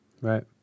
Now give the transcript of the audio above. Right